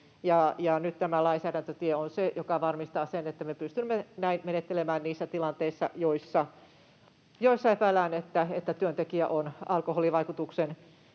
nyt tämä lainsäädäntötie on se, joka varmistaa sen, että pystymme näin menettelemään niissä tilanteissa, joissa epäillään, että työntekijä on alkoholin vaikutuksen